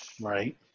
Right